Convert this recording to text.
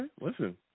Listen